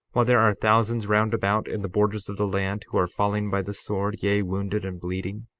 while there are thousands round about in the borders of the land who are falling by the sword, yea, wounded and bleeding?